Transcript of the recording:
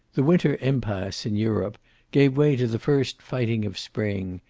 the winter impasse in europe gave way to the first fighting of spring,